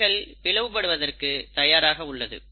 செல்கள் பிளவுபடுவதற்கு தயாராக உள்ளது